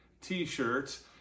t-shirts